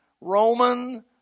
Roman